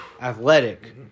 athletic